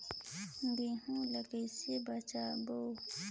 गहूं ला कइसे बेचबो?